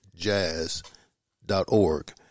Jazz.org